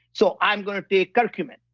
so i'm going to pick curcumin.